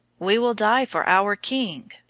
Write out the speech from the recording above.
we will die for our king,